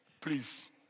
please